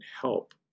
help